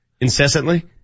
Incessantly